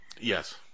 Yes